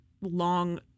long